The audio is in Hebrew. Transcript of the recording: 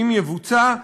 "אם יבוצע,